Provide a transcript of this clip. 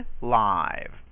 live